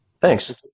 Thanks